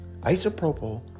isopropyl